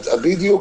בדיוק.